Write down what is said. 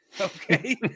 okay